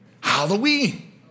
Halloween